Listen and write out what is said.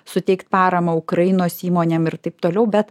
suteikt paramą ukrainos įmonėm ir taip toliau bet